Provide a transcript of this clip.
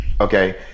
okay